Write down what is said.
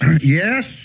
Yes